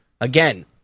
Again